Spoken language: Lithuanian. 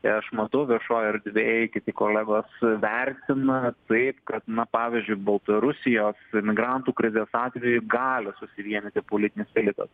ir aš matau viešoj erdvėj kiti kolegos vertina taip kad na pavyzdžiui baltarusijos imigrantų krizės atveju gali susivienyti politinis elitas